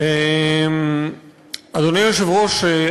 אדוני היושב-ראש,